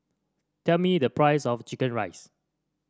tell me the price of chicken rice